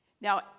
Now